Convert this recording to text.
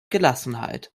gelassenheit